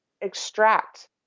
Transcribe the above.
extract